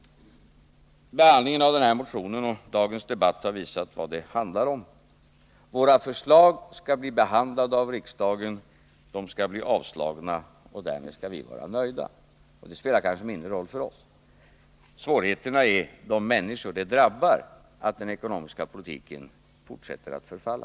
Behandlingen av den här motionen och dagens debatt har i alla fall visat vad det handlar om: Våra förslag skall bli behandlade i riksdagen, de skall avslås och därmed skall vi vara nöjda. Det spelar kanske mindre roll för oss. Problemet är de människor som drabbas av att den ekonomiska politiken fortsätter att förfalla.